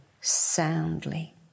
soundly